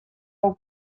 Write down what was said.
hau